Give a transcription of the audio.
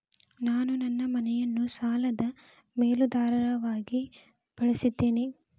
ನಾನು ನನ್ನ ಮನೆಯನ್ನು ಸಾಲದ ಮೇಲಾಧಾರವಾಗಿ ಬಳಸಿದ್ದೇನೆ